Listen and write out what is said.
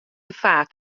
gefaar